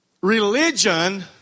Religion